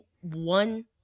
one